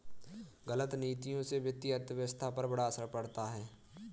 गलत नीतियों से वित्तीय अर्थव्यवस्था पर बड़ा असर पड़ता है